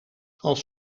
als